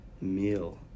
Meal